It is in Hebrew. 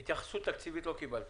התייחסות תקציבית לא קיבלתי.